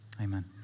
amen